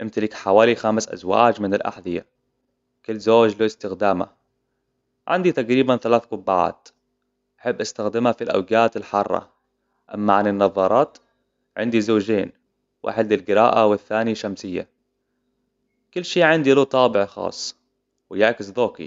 أمتلك حوالي خمس ازواج من الأحذية كل زوج له استخدامه عندي تقريبا ثلاث قبعات أحب أستخدمها في الاوقات الحارة أما عن النظارات عندي زوجين واحد للقراءة والثاني شمسية كل شي عندي له طابع خاص ويعكس ذوقي